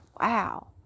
Wow